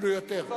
אפילו יותר.